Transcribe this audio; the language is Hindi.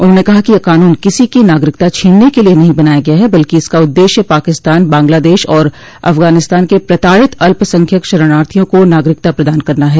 उन्होंने कहा कि यह क़ानून किसी की नागरिकता छीनने के लिए नहीं बनाया गया ह बल्कि इसका उद्देश्य पाकिस्तान बांग्लादेश और अफगानिस्तान के प्रताड़ित अल्पसंख्यक शरणार्थियों को नागरिकता प्रदान करना है